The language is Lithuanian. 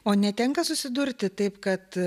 o netenka susidurti taip kad